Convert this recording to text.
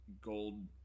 gold